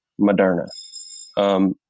Moderna